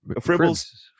Fribbles